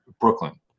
Brooklyn